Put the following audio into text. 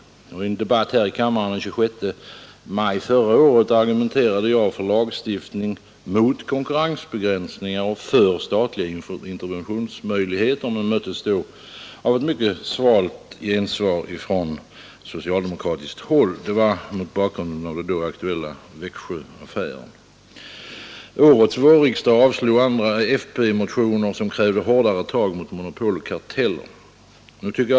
Då jag i en debatt här i kammaren den 26 maj förra året argumenterade för lagstiftning mot konkurrensbegränsning och för statliga interventionsmöjligheter fick jag ett mycket svalt gensvar från socialdemokratiskt håll. Debatten hölls mot bakgrunden av den då aktuella Växjöaffären. Årets vårriksdag avslog min och andras folkpartimotioner som krävde hårdare tag mot monopol och karteller.